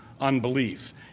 unbelief